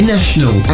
National